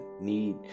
Need